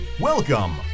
Welcome